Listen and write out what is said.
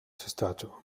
stature